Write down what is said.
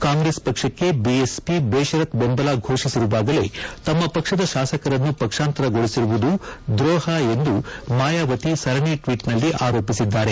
ಕಾಂಗ್ರೆಸ್ ಪಕ್ಷಕ್ಕೆ ಬಿಎಸ್ಪ ಬೇಷರತ್ ಬೆಂಬಲ ಘೋಷಿಸಿರುವಾಗಲೇ ತಮ್ನ ಪಕ್ಷದ ಶಾಸಕರನ್ನು ಪಕ್ಸಾಂತರಗೊಳಿಸಿರುವುದು ದ್ರೋಪ ಎಂದು ಮಾಯಾವತಿ ಸರಣಿ ಟ್ನೀಟ್ನಲ್ಲಿ ಆರೋಪಿಸಿದ್ದಾರೆ